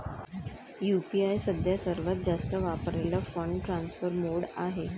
UPI सध्या सर्वात जास्त वापरलेला फंड ट्रान्सफर मोड आहे